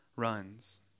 runs